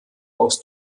aus